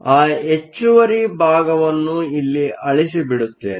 ಆ ಹೆಚ್ಚುವರಿ ಭಾಗವನ್ನು ಇಲ್ಲಿ ಅಳಿಸಿಬಿಡುತ್ತೇನೆ